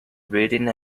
reading